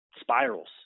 spirals